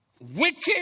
wicked